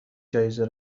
جایزه